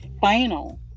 final